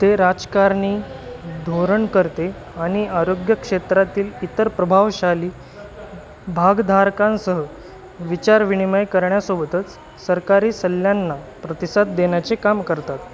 ते राजकारणी धोरणकर्ते आणि आरोग्यक्षेत्रातील इतर प्रभावशाली भागधारकांसह विचारविनिमय करण्यासोबतच सरकारी सल्ल्यांना प्रतिसाद देण्याचे काम करतात